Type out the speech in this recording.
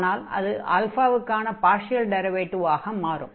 ஆனால் அது க்கான பார்ஷியல் டிரைவேடிவாக மாறும்